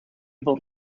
able